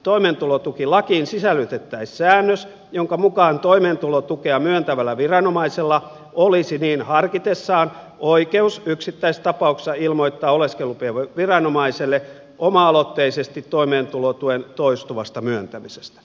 toimeentulotukilakiin sisällytettäisiin säännös jonka mukaan toimeentulotukea myöntävällä viranomaisella olisi niin harkitessaan oikeus yksittäistapauksessa ilmoittaa oleskelulupaviranomaiselle oma aloitteisesti toimeentulotuen toistuvasta myöntämisestä